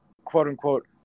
quote-unquote